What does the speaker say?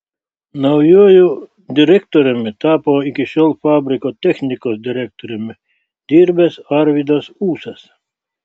naujuoju direktoriumi tapo iki šiol fabriko technikos direktoriumi dirbęs arvydas ūsas